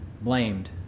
blamed